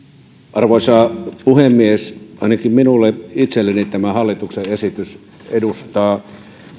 arvoisa puhemies ainakin minulle itselleni tämä hallituksen esitys edustaa